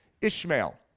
Ishmael